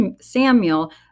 Samuel